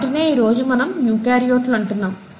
వాటినే ఈరోజు మనము యూకార్యోట్లు అంటున్నాము